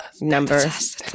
numbers